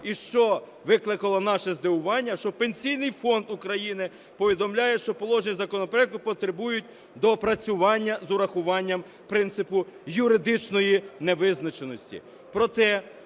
І що викликало наше здивування – що Пенсійний фонд України повідомляє, що положення законопроекту потребують доопрацювання з урахуванням принципу юридичної невизначеності.